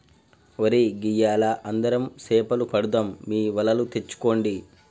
ఒరై గియ్యాల అందరం సేపలు పడదాం మీ వలలు తెచ్చుకోండి